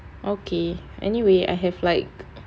okay anyway I have like